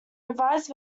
revised